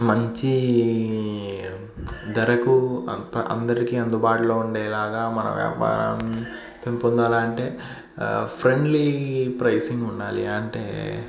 మంచి ధరకు అందరికి అందుబాటులో ఉండేలాగ మన వ్యాపారం పెంపొందాలంటే ఫ్రెండ్లీ ప్రైసింగ్ ఉండాలి అంటే